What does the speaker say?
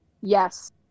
Yes